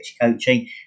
coaching